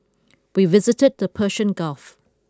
we visited the Persian Gulf